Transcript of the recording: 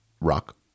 rock